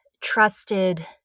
trusted